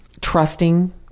trusting